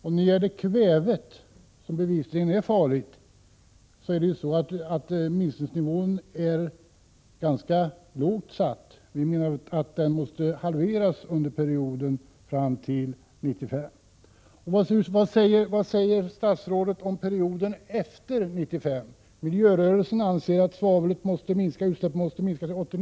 När det gäller kväve, som bevisligen är farligt, är minskningsnivån ganska lågt satt, och folkpartiet anser att utsläppen måste halveras under perioden fram till perioden 1995. Vad säger statsrådet om perioden efter 1995? Miljörörelsen anser att svavelutsläppen måste minska med 80-90 96.